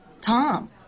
Tom